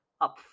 up